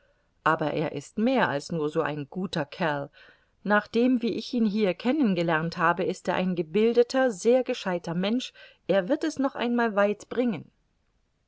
aber er ist mehr als nur so ein guter kerl nach dem wie ich ihn hier kennengelernt habe ist er ein gebildeter sehr gescheiter mensch er wird es noch einmal weit bringen